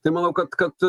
tai manau kad kad